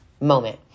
moment